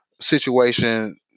situation